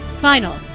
final